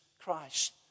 Christ